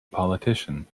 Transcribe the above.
politician